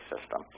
system